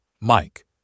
Mike